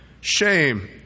shame